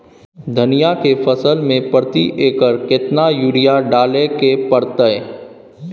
धनिया के फसल मे प्रति एकर केतना यूरिया डालय के परतय?